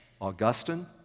Augustine